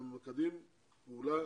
הם ממוקדים בפעולה